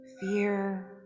fear